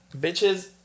bitches